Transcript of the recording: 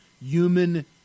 human